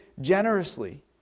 generously